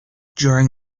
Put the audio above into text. during